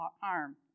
harm